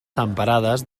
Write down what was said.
temperades